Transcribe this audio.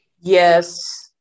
yes